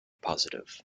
positive